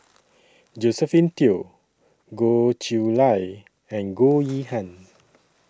Josephine Teo Goh Chiew Lye and Goh Yihan